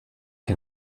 can